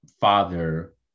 father